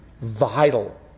vital